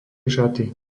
šaty